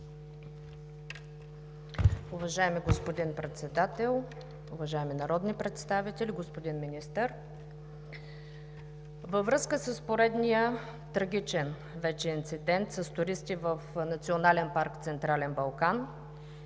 Уважаеми господин Председател, уважаеми народни представители! Господин Министър, във връзка с поредния трагичен вече инцидент с туристи в Национален парк „Централен Балкан“